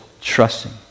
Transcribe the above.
trusting